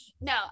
No